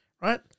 right